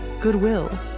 goodwill